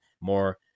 more